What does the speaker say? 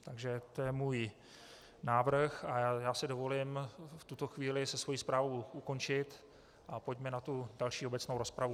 Takže to je můj návrh a já si dovolím v tuto chvíli svoji zprávu ukončit a pojďme na tu další obecnou rozpravu.